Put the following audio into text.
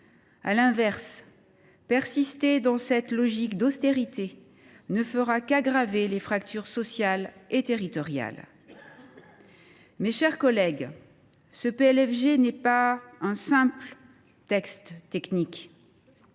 À l’inverse, persister dans cette logique d’austérité ne fera qu’aggraver les fractures sociales et territoriales. Mes chers collègues, ce PLFG n’est pas un simple texte technique